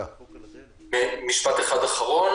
משפט אחד אחרון